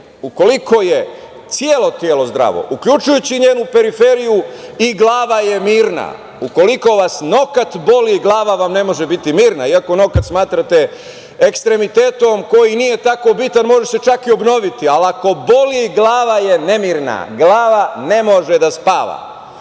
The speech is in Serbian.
Ukoliko je celo telo zdravo, uključujući i njenu periferiju i glava je mirna. Ukoliko vas nokat boli, glava vam ne može biti mirna, iako nokat smatrate ekstremitetom koji nije tako bitan, može se čak i obnoviti, ali ako boli glava je nemirna. Glava ne može da